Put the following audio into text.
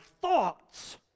thoughts